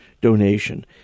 donation